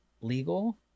legal